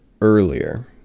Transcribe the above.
earlier